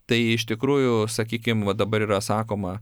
tai iš tikrųjų sakykim va dabar yra sakoma